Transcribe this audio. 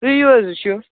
تُہۍ یِیِو حظ وُچھِو